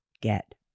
get